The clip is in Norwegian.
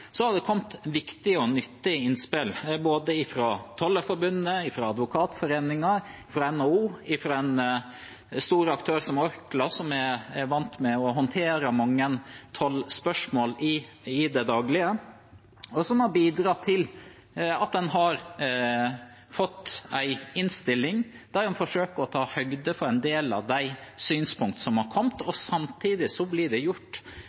det kommet viktige og nyttige innspill både fra Tollerforbundet, fra Advokatforeningen, fra NHO og fra en stor aktør som Orkla, som er vant med å håndtere mange tollspørsmål i det daglige, og som har bidratt til at en har fått en innstilling der en forsøker å ta høyde for en del av de synspunktene som er kommet. Samtidig blir det